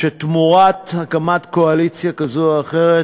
שתמורת הקמת קואליציה כזאת או אחרת